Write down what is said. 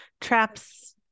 Traps